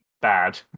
bad